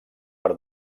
per